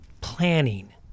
planning